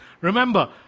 Remember